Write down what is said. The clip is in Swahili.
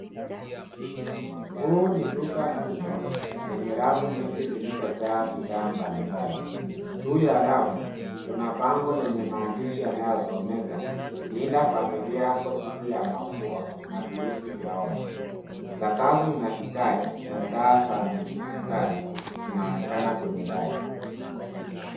Huu ni duka kubwa lenye rafu nyingi zilizo jaa bidhaa mbali, juu ya rafu kuna bango lenye maandishi inayosomoka linda familia yako dhidi ya mabua na virusi vya homa, sakafu ina vigae na taa za mistari zinaonekana kwenye dari.